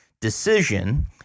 decision